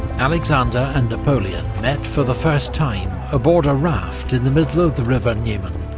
alexander and napoleon met for the first time aboard a raft in the middle of the river niemen,